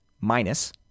minus